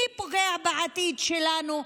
מי פוגע בעתיד שלנו,